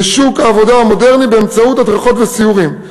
לשוק העבודה המודרני, באמצעות הדרכות וסיורים.